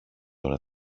ώρα